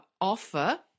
offer